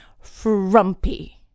frumpy